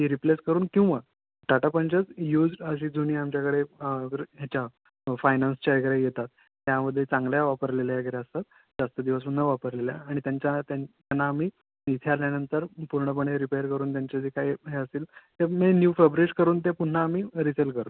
ती रिप्लेस करून किंवा टाटा पंचच यूज्ड अशी जुनी आमच्याकडे ह्याच्या फायनान्सच्या वगैरे येतात त्यामध्ये चांगल्या वापरलेल्या वगैरे असतात जास्त दिवस न वापरलेल्या आणि त्यांच्या त्यां त्यांना आम्ही इथे आल्यानंतर पूर्णपणे रिपेअर करून त्यांचे जे काही हे असतील त्या मेन न्यू फब्रीश करून ते पुन्हा आम्ही रिसेल करतो